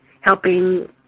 helping